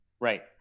right